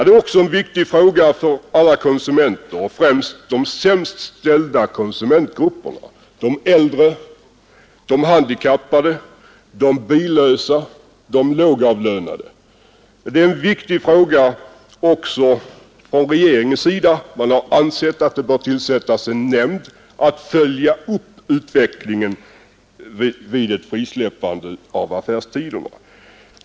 Det är också en viktig fråga för alla konsumenter och främst för de sämst ställda konsumentgrupperna — de äldre, de handikappade, de billösa, de lågavlönade. Det är en viktig fråga även för regeringen. Man har ansett att det behöver tillsättas en nämnd att följa upp utvecklingen vid ett frisläppande av affärstiderna.